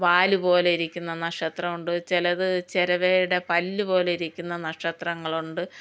വാൽ പോലെയിരിക്കുന്ന നക്ഷത്രമുണ്ട് ചിലത് ചിരവേടെ പല്ലുപോലിരിക്കുന്ന നക്ഷത്രങ്ങളുണ്ട്